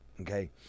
okay